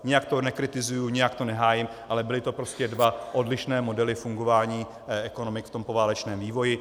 Nijak to nekritizuji, nijak to nehájím, ale byl to prostě dva odlišné modely fungování ekonomik v tom poválečném vývoji.